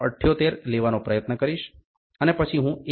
578 લેવાનો પ્રયત્ન કરીશ અને પછી હું 1